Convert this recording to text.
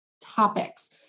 topics